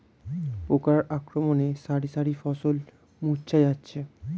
পোকার আক্রমণে শারি শারি ফসল মূর্ছা যাচ্ছে